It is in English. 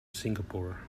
singapore